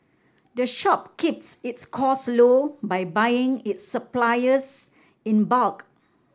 the shop keeps its costs low by buying its supplies in bulk